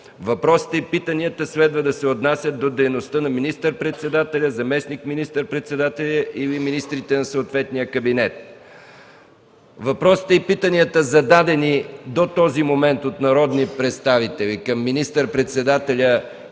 въпросите и питанията следва да се отнасят до дейността на министър-председателя, заместник министър-председателя или министрите на съответния кабинет. Въпросите и питанията, зададени до този момент от народни представители към министър-председателя